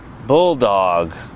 Bulldog